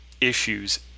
issues